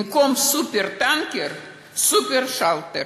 במקום "סופר-טנקר" סופר-שלטר.